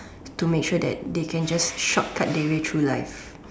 to make sure that they can just short cut their way through life